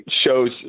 shows